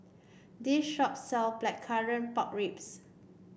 this shop sell Blackcurrant Pork Ribs